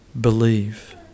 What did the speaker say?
believe